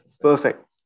perfect